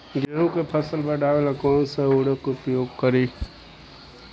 गेहूँ के उपज बढ़ावेला कौन सा उर्वरक उपयोग करीं?